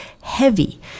heavy